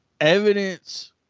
evidence